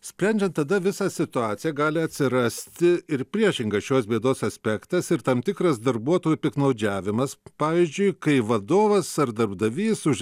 sprendžiant tada visa situacija gali atsirasti ir priešinga šios bėdos aspektas ir tam tikras darbuotojų piktnaudžiavimas pavyzdžiui kai vadovas ar darbdavys už